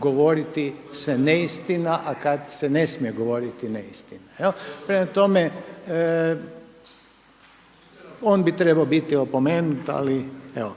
govoriti se neistina, a kad se ne smije govoriti neistina. Prema tome, on bi trebao biti opomenut ali evo